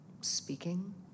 speaking